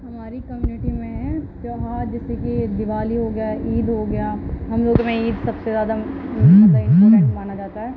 ہماری کمیونٹی میں تیوہار جیسے کہ دیوالی ہو گیا عید ہو گیا ہم لوگ میں عید سب سے زیادہ مانا جاتا ہے